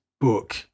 Book